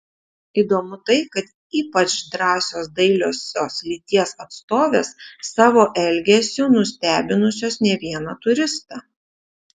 įdomu tai kad ypač drąsios dailiosios lyties atstovės savo elgesiu nustebinusios ne vieną turistą